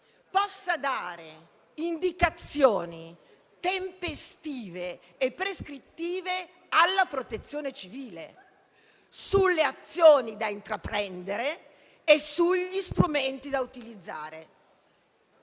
potrà dare indicazioni tempestive e prescrittive alla Protezione civile sulle azioni da intraprendere e sugli strumenti da utilizzare.